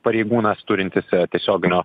pareigūnas turintis tiesioginio